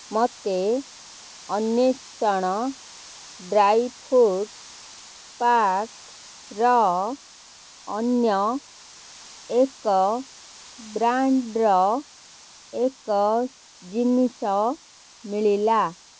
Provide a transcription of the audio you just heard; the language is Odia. ମୋତେ ଅନ୍ଵେଷଣ ଡ୍ରାଇ ଫ୍ରୁଟ୍ ପ୍ୟାକ୍ର ଅନ୍ୟ ଏକ ବ୍ରାଣ୍ଡ୍ର ଏକ ଜିନିଷ ମିଳିଲା